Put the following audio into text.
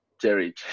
jerry